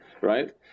Right